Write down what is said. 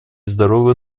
здоровый